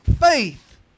faith